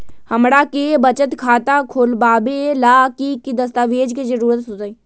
हमरा के बचत खाता खोलबाबे ला की की दस्तावेज के जरूरत होतई?